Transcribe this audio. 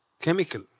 chemical